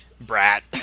brat